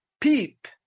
peep